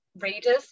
readers